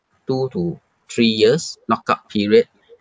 two to three years lock up period